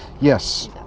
Yes